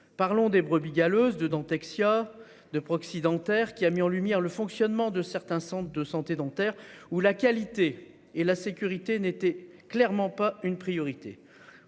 Parlons des brebis galeuses de Dentexia de proxy dentaire qui a mis en lumière le fonctionnement de certains centres de santé dentaires ou la qualité et la sécurité n'était clairement pas une priorité.